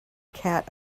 cat